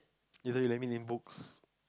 later you let me name books